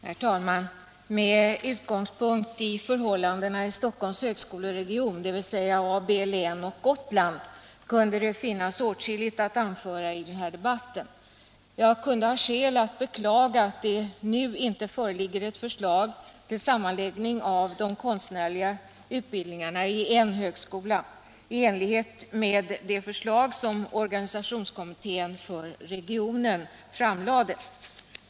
Herr talman! Med utgångspunkt i förhållandena i Stockholms högskoleregion — dvs. A och B-län samt Gotland — kunde det finnas åtskilligt att anföra i den här debatten. Jag kunde ha skäl att beklaga att det nu inte föreligger ett förslag till sammanläggning av de konstnärliga utbildningarna i en högskola i enlighet med det förslag som organisationskommittén för regionen framlade.